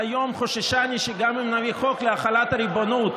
אתם מביאים חוק להחלת הריבונות?